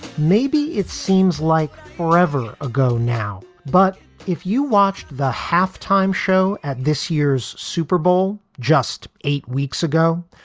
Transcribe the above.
maybe it seems like forever ago now, but if you watched the halftime show at this year's super bowl just eight weeks ago,